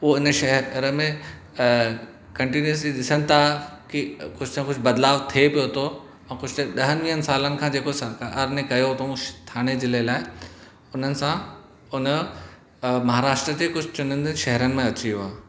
उहो हिन शहर में कंटीन्यूअस्ली ॾिसनि था की कुझ न कुझु बदिलाउ थिए पियो थो ऐं कुझ त ॾहनि वीहनि सालनि खां जेको सरकार ने कयो अथऊं ठाणे ज़िले लाइ हुननि सां हुन जो महाराष्ट्र जे कुझु चुनींदा शहरनि में अची वियो आहे